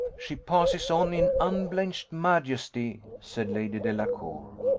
she passes on in unblenched majesty, said lady delacour.